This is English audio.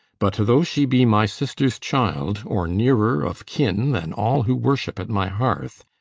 but though she be my sister's child or nearer of kin than all who worship at my hearth,